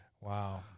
Wow